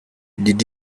did